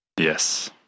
Yes